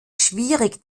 schwierig